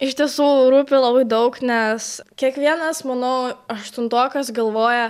iš tiesų rūpi labai daug nes kiekvienas manau aštuntokas galvoja